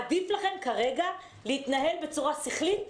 עדיף לכם כרגע להתנהל בצורה שכלית,